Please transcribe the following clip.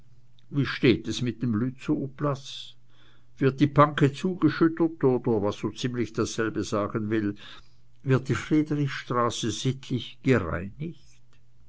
wie steht es mit dem lützowplatz wird die panke zugeschüttet oder was so ziemlich dasselbe sagen will wird die friedrichsstraße sittlich gereinigt